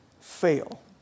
fail